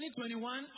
2021